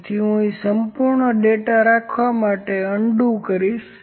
તેથી હું અહીં સંપૂર્ણ ડેટા રાખવા માટે અનડુ કરીશ